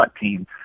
team